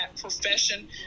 profession